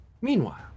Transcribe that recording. Meanwhile